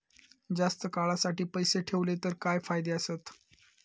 जास्त काळासाठी पैसे ठेवले तर काय फायदे आसत?